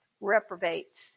Reprobates